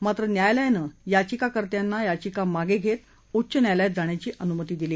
मात्र न्यायालयानं याचिकाकर्त्याना याचिका मागं घेत उच्च न्यायालयात जाण्याची अनुमती दिली